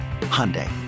Hyundai